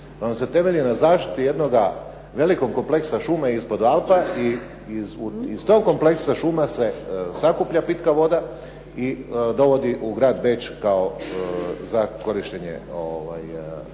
vam se temelji na zaštiti jednog velikog kompleksa šume ispod Alpa i iz tog kompleksa šuma se sakuplja pitka voda i dovodi u grad Beč za korištenje